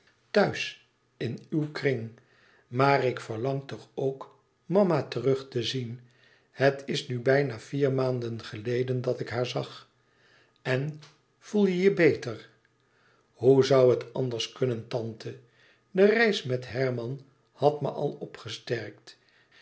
thuis in uw kring maar ik verlang toch ook mama terug te zien het is nu bijna vier maanden geleden dat ik haar zag en voel je je beter hou zoû het anders kunnen tante de reis met herman had me al opgesterkt